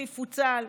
שיפוצל,